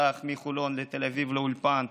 הלך מחולון לתל אביב לאולפן,